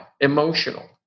emotional